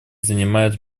занимает